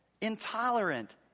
intolerant